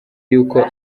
y’uko